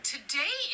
Today